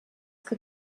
que